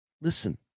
listen